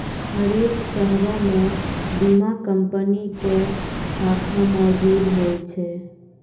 हरेक शहरो मे बीमा कंपनी के शाखा मौजुद होय छै